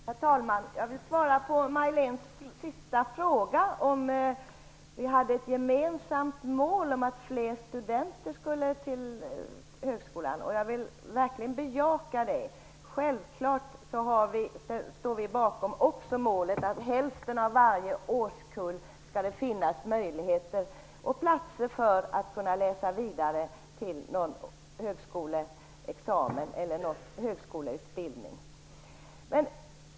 Herr talman! Jag vill svara på Majléne Westerlund Pankes sista fråga, om vi hade som gemensamt mål att få fler studenter till högskolan. Jag vill bejaka det. Självklart står vi också bakom målet att det skall finnas möjlighet och platser för hälften av varje årskull att läsa vidare på högskolan.